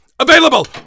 Available